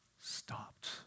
stopped